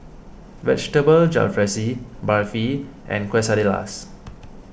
Vegetable Jalfrezi Barfi and Quesadillas